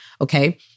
okay